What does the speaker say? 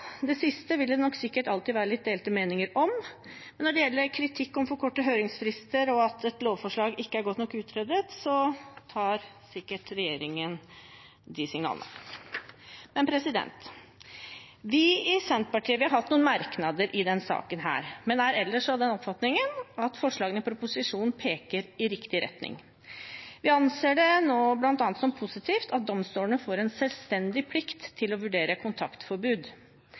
Det tenker jeg vel ikke er like bra. Det sistnevnte vil det nok sikkert være litt delte meninger om. Men når det gjelder kritikken om for korte høringsfrister og at et lovforslag ikke er godt nok utredet, tar sikkert regjeringen de signalene. Vi i Senterpartiet har hatt noen merknader i denne saken, men er ellers av den oppfatningen at forslagene i proposisjonen peker i riktig retning. Vi anser det bl.a. som positivt at domstolene får en selvstendig plikt til å vurdere kontaktforbud.